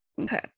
okay